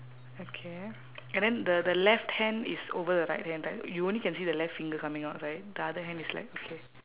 okay and then the the left hand is over the right hand right you only can see the left finger coming out right the other hand is like okay